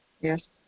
Yes